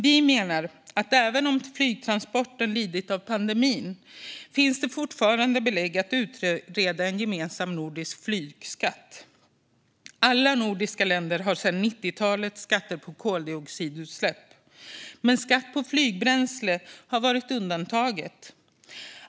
Vi menar att även om flygtransporterna lidit av pandemin finns det fortfarande belägg för att utreda en gemensam nordisk flygskatt. Alla nordiska länder har sedan 1990-talet skatter på koldioxidutsläpp. Men skatt på flygbränsle har varit undantaget.